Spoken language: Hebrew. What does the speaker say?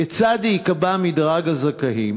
3. כיצד ייקבע מדרג הזכאים?